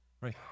Right